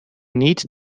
need